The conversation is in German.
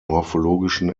morphologischen